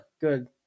Good